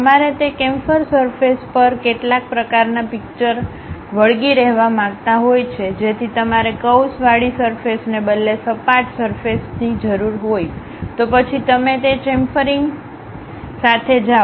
તમારે તે chamfer surface પર કેટલાક પ્રકારનાં પિક્ચર વળગી રહેવા માંગતા હોય છે જેથી તમારે કર્વ્સવાળી સરફેસને બદલે સપાટ સરફેસ જરૂર હોય તો પછી તમે તે ચેમ્ફરિંગ સાથે જાઓ